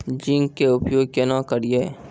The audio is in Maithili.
जिंक के उपयोग केना करये?